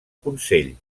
consell